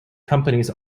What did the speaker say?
companies